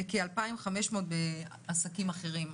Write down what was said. וכ-2,500 בעסקים אחרים.